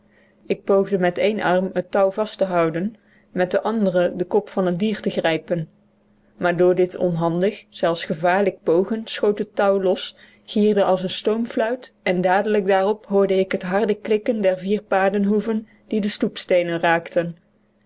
ik poogde met een arm het touw vast te houden met den anderen den kop van het dier te grijpen maar door dit onhandig zelfs gevaarlijk pogen schoot het touw los gierde als een stoomfluit en dadelijk daarop hoorde ik het harde klikken der vier paardehoeven die de stoep raakten